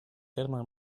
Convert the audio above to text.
terme